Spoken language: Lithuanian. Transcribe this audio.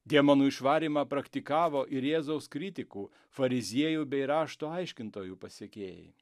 demonų išvarymą praktikavo ir jėzaus kritikų fariziejų bei rašto aiškintojų pasekėjai